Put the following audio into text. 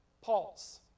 Pause